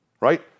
right